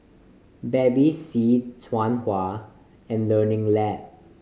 Bevy C Tahuna and Learning Lab